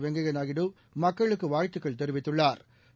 வெங்கப்யாநாயுடு மக்களுக்குவாழ்த்துக்கள் தெரிவித்துள்ளாா்